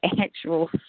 actual